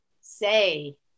say